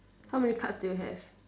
how many cards do you have